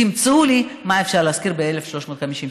תמצאו לי מה אפשר לשכור ב-1,350 שקל.